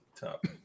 top